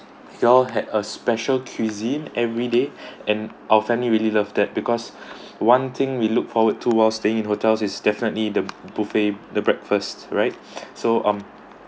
you all had a special cuisine everyday and our family really love that because one thing we look forward to while staying in hotels is definitely the buffet the breakfast right so um